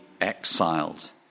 exiled